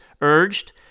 urged